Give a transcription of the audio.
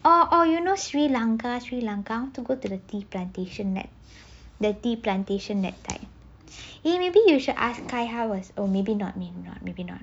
or or you know sri lanka sri lanka I want to go to the tea plantation like the tea plantation that type eh maybe you should ask khai how was or maybe not maybe not maybe not